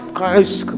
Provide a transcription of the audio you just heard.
Christ